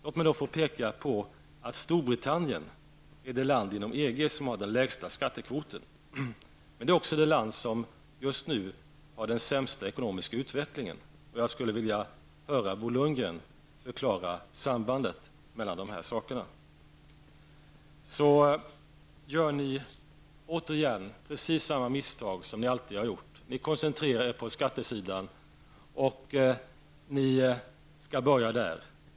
Låt mig få peka på att Storbritannien är det land inom EG som har den lägsta skattekvoten. Men det är också det land som just nu har den sämsta ekonomiska utvecklingen. Jag skulle vilja höra Bo Lundgren förklara sambandet mellan dessa saker. Ni gör återigen precis samma misstag som ni alltid har gjort. Ni koncentrerar er på skattesidan.